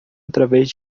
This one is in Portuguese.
através